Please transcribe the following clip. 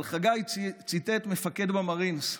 אבל חגי ציטט מפקד במארינס,